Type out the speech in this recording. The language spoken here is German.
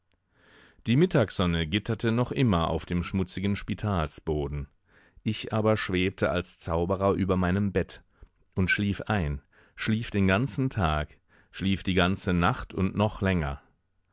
die mittagssonne gitterte noch immer auf dem schmutzigen spitalsboden ich aber schwebte als zauberer über meinem bett und schlief ein schlief den ganzen tag schlief die ganze nacht und noch länger